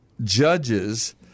judges